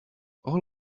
all